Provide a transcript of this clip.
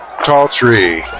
Talltree